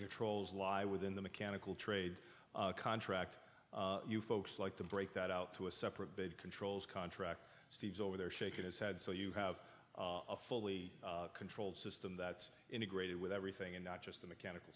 controls lie within the mechanical trade contract you folks like to break that out to a separate big controls contract steve's over there shaking his head so you have a fully controlled system that's integrated with everything and not just the mechanical